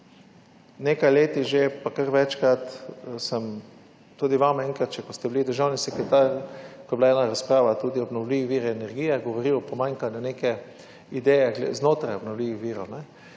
nekaj leti že, pa kar večkrat sem, tudi vam enkrat še, ko ste bili državni sekretar, ko je bila ena razprava tudi obnovljivih virih energije, govoril o pomanjkanju neke ideje znotraj obnovljivih